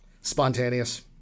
Spontaneous